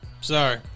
Sorry